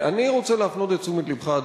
אני רוצה להפנות את תשומת לבך,